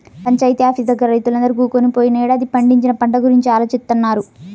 panchayat office దగ్గర రైతులందరూ కూకొని పోయినేడాది పండించిన పంట గురించి ఆలోచిత్తన్నారు